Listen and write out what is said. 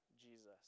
Jesus